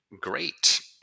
great